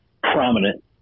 prominent